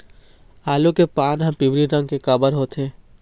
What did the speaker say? आलू के पान हर पिवरी रंग के काबर होथे?